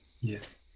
yes